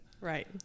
Right